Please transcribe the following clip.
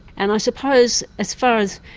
and i suppose as far as,